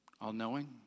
all-knowing